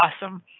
awesome